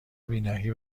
بینایی